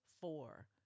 four